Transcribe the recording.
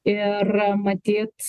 ir matyt